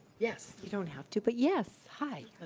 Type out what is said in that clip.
yes. you don't have to, but yes. hi.